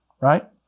right